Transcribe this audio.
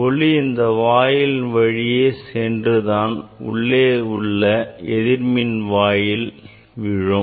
ஒளி இந்த வாயிலின் வழியே சென்று தான் உள்ளே உள்ள எதிர்மின்வாயில் விழும்